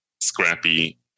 scrappy